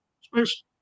space